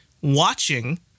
watching